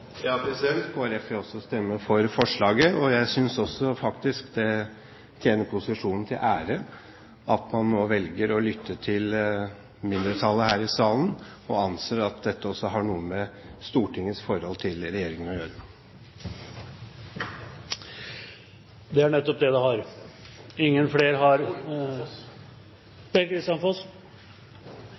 vil også stemme for forslaget. Jeg synes faktisk at det tjener posisjonen til ære at man nå velger å lytte til mindretallet her i salen, og jeg anser at dette også har noe med Stortingets forhold til regjeringen å gjøre. Det er nettopp det det har.